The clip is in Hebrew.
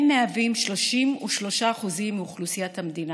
הם מהווים 33% מאוכלוסיית המדינה.